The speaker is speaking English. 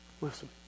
Listen